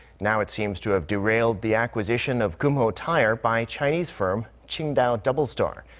now it seems to have derailed the acquisition of kumho tire by chinese firm qingdao doublestar.